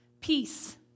peace